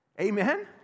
Amen